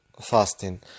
fasting